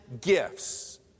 gifts